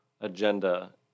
agenda